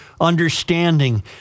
understanding